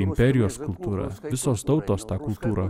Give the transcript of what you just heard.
imperijos kultūros visos tautos tą kultūrą